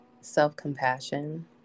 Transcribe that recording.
self-compassion